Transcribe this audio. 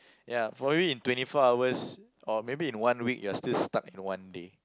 ya for you in twenty four hours or maybe in one week you are still stuck in the one day